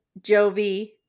Jovi